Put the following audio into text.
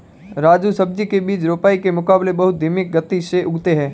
राजू सब्जी के बीज रोपाई के मुकाबले बहुत धीमी गति से उगते हैं